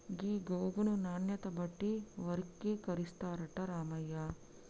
ఈ గోగును నాణ్యత బట్టి వర్గీకరిస్తారట రామయ్య